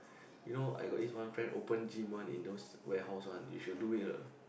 you know I got each one friend open gym one in those warehouse one you should do it er